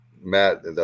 Matt